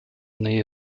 nähe